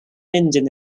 engine